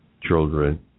children